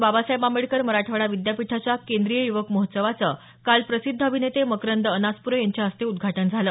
बाबासाहेब आंबेडकर मराठवाडा विद्यापीठाच्या केंद्रीय युवक महोत्सवाचं काल प्रसिद्ध अभिनेते मकरंद अनासप्रे यांच्या हस्ते उद्घाटन झालं